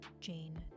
Jane